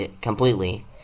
completely